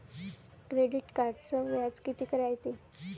Credit कार्डचं व्याज कितीक रायते?